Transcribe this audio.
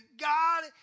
God